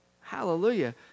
Hallelujah